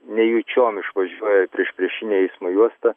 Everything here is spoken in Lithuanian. nejučiom išvažiuoja į priešpriešinę eismo juostą